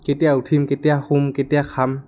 কেতিয়া উঠিম কেতিয়া শুম কেতিয়া খাম